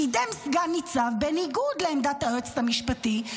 קידם סגן ניצב בניגוד לעמדת היועצת המשפטית,